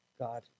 God